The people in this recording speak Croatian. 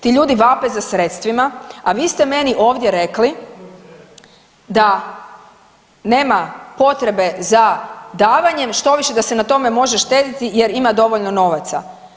Ti ljudi vape za sredstvima, a vi ste meni ovdje rekli da nema potrebe za davanjem, štoviše da se na tome može štedjeti jer ima dovoljno novaca.